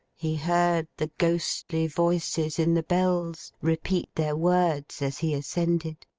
he heard the ghostly voices in the bells repeat their words as he ascended.